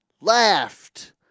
laughed